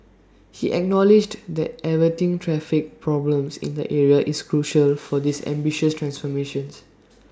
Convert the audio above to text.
he acknowledged that averting traffic problems in the area is crucial for this ambitious transformation